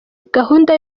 gahunda